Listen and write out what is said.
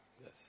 Yes